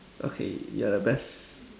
okay you're the best